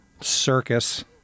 circus